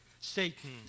Satan